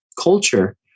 culture